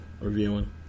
reviewing